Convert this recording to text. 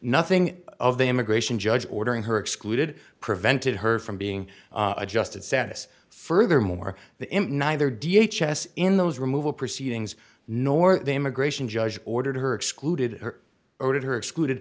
nothing of the immigration judge ordering her excluded prevented her from being adjusted status furthermore the neither d h s s in those removal proceedings nor the immigration judge ordered her excluded her or her excluded